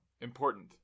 important